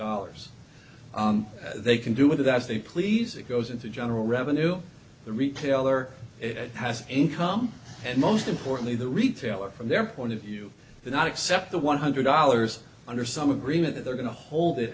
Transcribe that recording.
dollars they can do with as they please it goes into general revenue the retailer has income and most importantly the retailer from their point of view not accept the one hundred dollars under some agreement that they're going to hold it